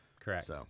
correct